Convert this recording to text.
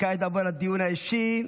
נעבור לדיון האישי.